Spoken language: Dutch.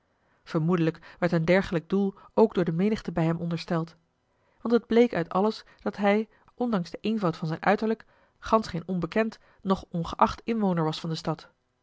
vermoedelijk werd een dergelijk doel ook door de menigte bij hem ondersteld want het bleek uit alles dat hij ondanks den eenvoud van zijn uiterlijk gansch geen onbekend noch ongeacht inwoner was van de stad